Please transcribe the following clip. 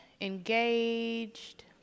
engaged